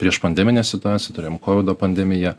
prieš pandeminę situaciją turėjom kovido pandemiją